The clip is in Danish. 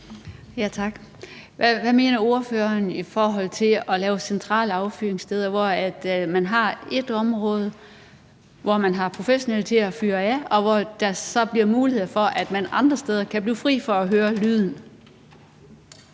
Hvad mener ordføreren om at lave centrale affyringssteder, så der er et område, hvor der er professionelle til at fyre fyrværkeri af, og så der bliver mulighed for, at man andre steder kan blive fri for at høre lyden